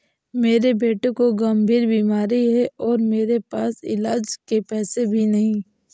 मेरे बेटे को गंभीर बीमारी है और मेरे पास इलाज के पैसे भी नहीं